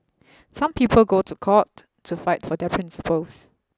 some people go to court to fight for their principles